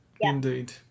Indeed